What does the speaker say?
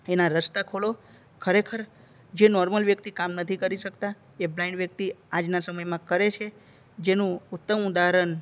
એના રસ્તા ખોલો ખરેખર જે નોર્મલ વ્યક્તિ કામ નથી કરી શકતા એ બ્લાઇન્ડ વ્યક્તિ આજના સમયમાં કરે છે જેનું ઉત્તમ ઉદાહરણ